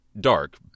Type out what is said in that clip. dark